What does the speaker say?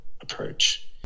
approach